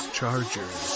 Chargers